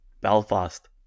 Belfast